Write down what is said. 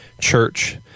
church